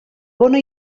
bona